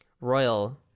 royal